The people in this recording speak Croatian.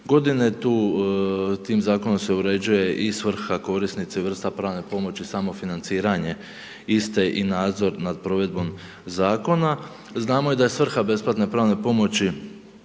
godine, tu tim zakonom se uređuje i svrha korisnice vrsta pravne pomoći, samo financiranje iste i nadzor nad provedbom zakona. Znamo i da je svrha besplatne pravne pomoći